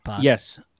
Yes